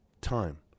Time